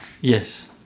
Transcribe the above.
yes